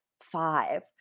five